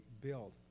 build